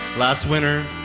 last winter,